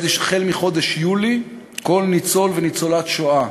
החל מחודש יולי כל ניצול וניצולת שואה